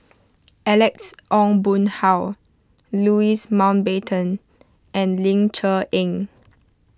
Alex Ong Boon Hau Louis Mountbatten and Ling Cher Eng